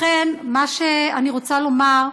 לכן, מה שאני רוצה לומר,